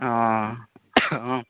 ହଁ ହଁ